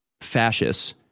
fascists